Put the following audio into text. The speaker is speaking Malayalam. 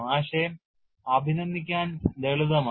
ആശയം അഭിനന്ദിക്കാൻ ലളിതമാണ്